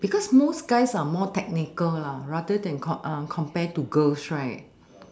because most guys are more technical lah rather than compare to girls right